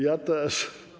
Ja też.